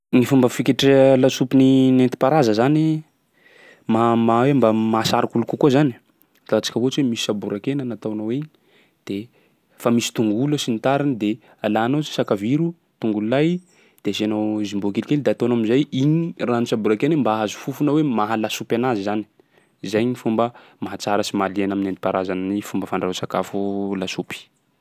Ny fomba fiketreha lasopy ni- nentim-paharaza zany ma- ma- hoe mba mahasarika olo kokoa zany, alantsika ohatsy hoe misy saboran-kena natao igny de fa misy tongolo sy ny tariny de alanao s- sakaviro, tongolo lay, de asiano jumbo kelikely de ataonao am'zay igny ranon-tsaboran-kena iny mba hahazo fofona hoe maha lasopy anazy zany. Zay ny fomba mahatsara sy mahaliana am'nentim-paharazan'ny fomba fandrahoa sakafo lasopy.